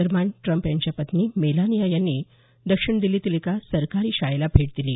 दरम्यान ट्रम्प यांच्या पत्नी मेलानिया यांनी दक्षिण दिस्तीतील एका सरकारी शाळेला भेट दिली